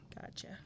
gotcha